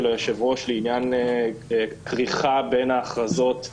יושב הראש לעניין כריכה בין ההכרזות,